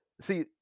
See